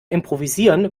improvisieren